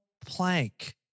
plank